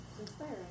Inspiring